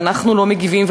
ואנחנו לא מגיבים.